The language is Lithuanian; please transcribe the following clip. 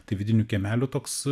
tai vidinių kiemelių toks